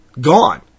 Gone